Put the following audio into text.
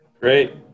Great